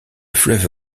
fleuve